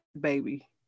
baby